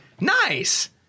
Nice